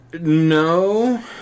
No